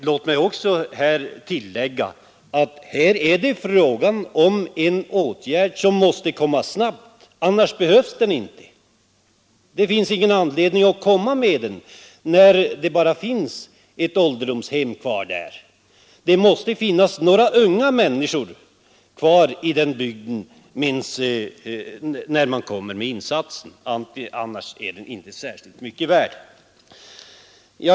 Låt mig tillägga att det här är fråga om en åtgärd som måste komma snabbt, annars kommer den för sent. Man har ingen anledning att vidta åtgärden, när det bara finns ett ålderdomshem kvar i denna bygd. Det måste finnas unga människor kvar i bygden när insatsen görs, annars är det inte särskilt mycket värt.